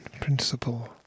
principle